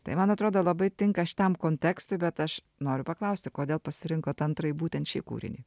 tai man atrodo labai tinka šitam kontekstui bet aš noriu paklausti kodėl pasirinkot antrąjį būtent šį kūrinį